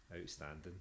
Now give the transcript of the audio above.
outstanding